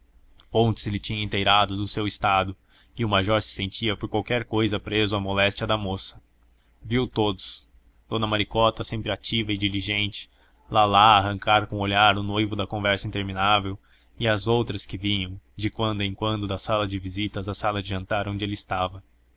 ismênia fontes lhe tinha inteirado do seu estado e o major se sentia por qualquer cousa preso à moléstia da moça viu todos dona maricota sempre ativa e diligente lalá a arrancar com o olhar o noivo da conversa interminável e as outras que vinham de quando em quando da sala de visitas à sala de jantar onde ele estava